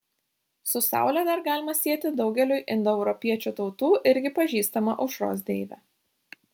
su saule dar galima sieti daugeliui indoeuropiečių tautų irgi pažįstamą aušros deivę